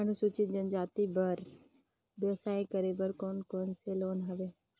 अनुसूचित जनजाति मन बर व्यवसाय करे बर कौन कौन से लोन हवे?